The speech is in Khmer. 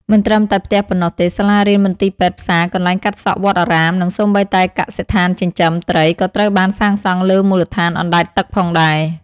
មិនត្រឹមតែផ្ទះប៉ុណ្ណោះទេ សាលារៀន មន្ទីរពេទ្យ ផ្សារ កន្លែងកាត់សក់ វត្តអារាម និងសូម្បីតែកសិដ្ឋានចិញ្ចឹមត្រីក៏ត្រូវបានសាងសង់លើមូលដ្ឋានអណ្ដែតទឹកផងដែរ។